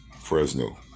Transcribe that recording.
Fresno